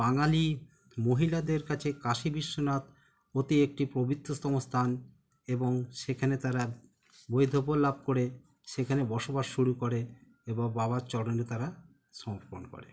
বাঙালি মহিলাদের কাছে কাশী বিশ্বনাথ অতি একটি পবিত্রতম স্থান এবং সেখানে তারা বৈধব্য লাভ করে সেখানে বসবাস শুরু করে এবব বাবার চরণে তারা সমর্পণ করে